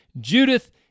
Judith